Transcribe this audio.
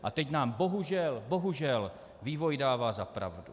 A teď nám bohužel, bohužel vývoj dává za pravdu.